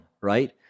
right